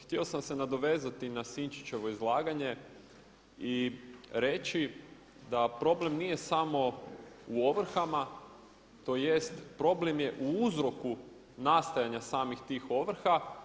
Htio sam se nadovezati na Sinčićevo izlaganje i reći da problem nije samo u ovrhama, tj. problem je u uzroku nastajanja samih tih ovrha.